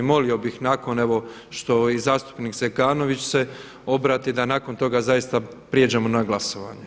Molimo bih nakon evo što i zastupnik Zekanović se obrati da nakon toga zaista pređemo na glasovanje.